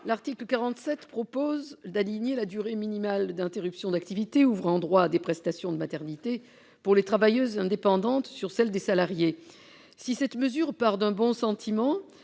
L'article 47 prévoit d'aligner la durée minimale d'interruption d'activité ouvrant droit à des prestations de maternité pour les travailleuses indépendantes sur celles des salariées. Si cette mesure part d'un bon sentiment,